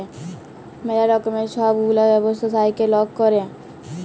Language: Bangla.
ম্যালা রকমের ছব গুলা ব্যবছা থ্যাইকে লক ক্যরে